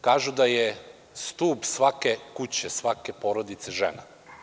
Kažu da je stub svake kuće, svake porodice žena.